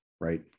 right